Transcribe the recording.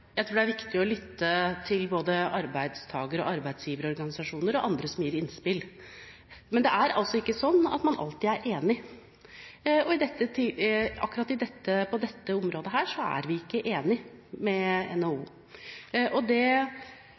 Jeg tror det er viktig å lytte til både arbeidstaker- og arbeidsgiverorganisasjoner og andre som gir innspill. Men det er altså ikke sånn at man alltid er enig, og akkurat på dette området her er vi ikke enige med NHO.